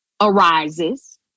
arises